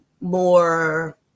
more